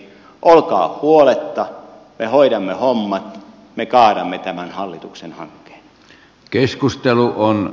olkaa huoletta me hoidamme hommat me kaadamme tämän hallituksen hankkeen